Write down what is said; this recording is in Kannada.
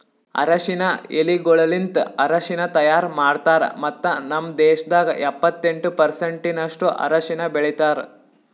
ಅರಶಿನ ಎಲಿಗೊಳಲಿಂತ್ ಅರಶಿನ ತೈಯಾರ್ ಮಾಡ್ತಾರ್ ಮತ್ತ ನಮ್ ದೇಶದಾಗ್ ಎಪ್ಪತ್ತೆಂಟು ಪರ್ಸೆಂಟಿನಷ್ಟು ಅರಶಿನ ಬೆಳಿತಾರ್